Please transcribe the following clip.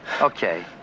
Okay